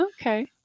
okay